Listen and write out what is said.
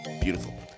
Beautiful